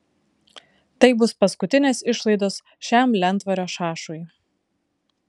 tai bus paskutinės išlaidos šiam lentvario šašui